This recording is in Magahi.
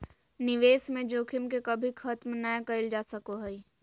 निवेश में जोखिम के कभी खत्म नय कइल जा सको हइ